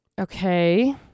Okay